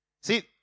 See